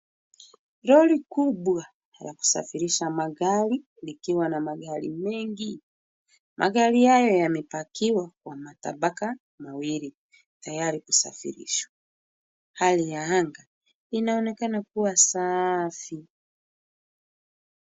Lori kubwa la kusafirisha magari likiwa na magari mengi. Magari hayo yamepakiwa kwa matabaka mwili, tayari kusafirishwa. Hali ya anga inaonekana kuwa safi.